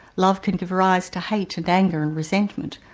love can give rise to hate and anger and resentment,